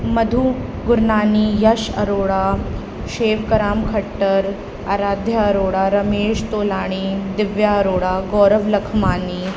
Madhu Gurnani Yash Arora Shewakram Khatar Aradhya Arora Ramesh Tolani Divya Arora Gaurav Lakhmani